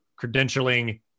credentialing